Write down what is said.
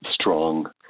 strong